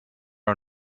are